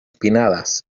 pinnadas